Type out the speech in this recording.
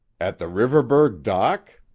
at the riverburgh dock?